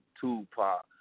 Tupac